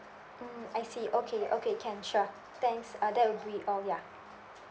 mm I see okay okay can sure thanks uh that'll be all ya